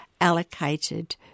allocated